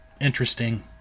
interesting